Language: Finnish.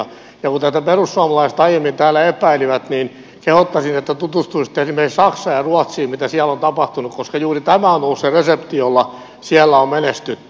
kun tätä perussuomalaiset aiemmin täällä epäilivät niin kehottaisin että tutustuisitte esimerkiksi saksaan ja ruotsiin mitä siellä on tapahtunut koska juuri tämä on ollut se resepti jolla siellä on menestytty